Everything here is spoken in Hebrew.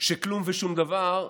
שכלום ושום דבר,